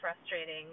frustrating